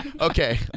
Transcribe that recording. Okay